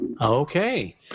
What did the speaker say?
Okay